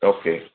okay